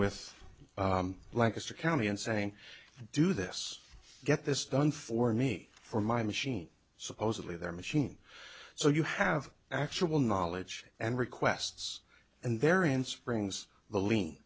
with lancaster county and saying do this get this done for me for my machine supposedly their machine so you have actual knowledge and requests and therein springs the l